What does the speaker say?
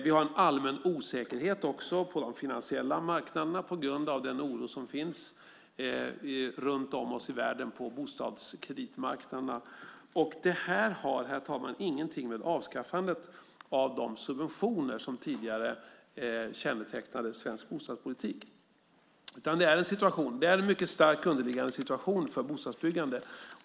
Vi har också en allmän osäkerhet på de finansiella marknaderna på grund av den oro som finns runt om i världen på bostadskreditmarknaderna. Det här har, herr talman, inget att göra med avskaffandet av de subventioner som tidigare kännetecknade svensk bostadspolitik. Det är en mycket stark underliggande situation för bostadsbyggande.